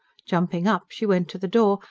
jumping up she went to the door,